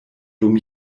dum